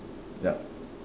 yup